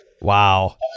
Wow